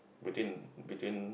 between between